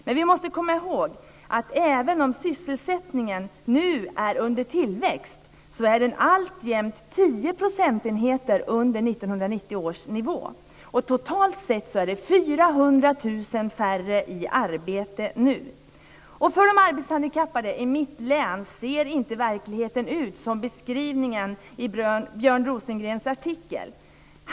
Men vi måste komma ihåg att även om sysselsättningen nu är under tillväxt är den alltjämt tio procentenheter under 1990 års nivå. Totalt sett är det 400 000 färre i arbete nu. För de arbetshandikappade i mitt hemlän ser inte verkligheten ut som i beskrivningen i Björn Rosengrens artikel.